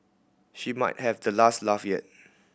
she might have the last laugh yet